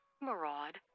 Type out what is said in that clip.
maraud